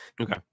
Okay